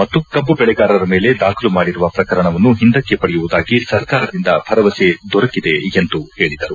ಮತ್ತು ಕಬ್ಲು ಬೆಳೆಗಾರರ ಮೇಲೆ ದಾಖಲು ಮಾಡಿರುವ ಪ್ರಕರಣವನ್ನು ಹಿಂದಕ್ಕೆ ಪಡೆಯುವುದಾಗಿ ಸರ್ಕಾರದಿಂದ ಭರವಸೆ ದೊರೆಕಿದೆ ಎಂದು ಹೇಳಿದರು